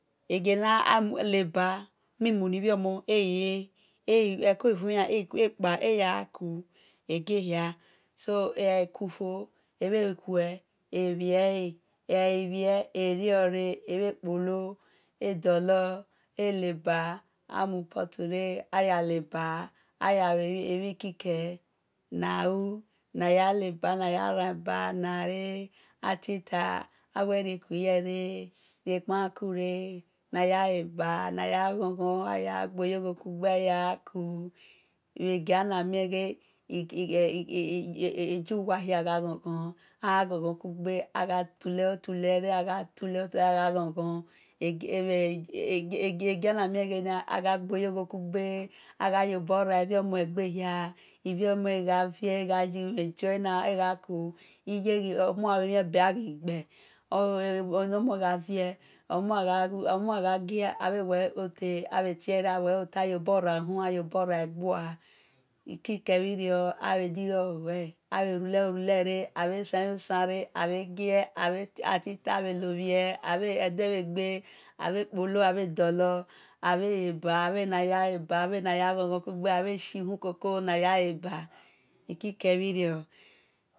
Egie-na labu mi-muni bhiomo e̱ ghi le eko ghi vui an eghi kpa e̱ ya ku bhe gie hia e̱ghai kufo e̱ bhie eriore ebhe kpolo edolo e̱ leba amui putu re aya leba aya luemhi kike na u naya ran bu na e̱ ah-titah aweh riekuyere rie kiumaku-re naya e̱ ba aya ghon-ghon aya ku bhe gia na mie ghe igiowa hia gha ghon-ghon ku-gbe agha tule yo-tule-re- ah gha ghon-ghon egiannamien agha gbe-yokhokugbe agha yobo rai ibhomo egbe obhiomo ghalue-mhe beh-aghi-gbe enomo gho vie ighi woe̱ ote ayobo rai enomo hu agha rule yo-rule-re san-yo-san re- ako gie oh ko lobhie edegbe akpolo adolo abhe-le-bu ikike bhi rio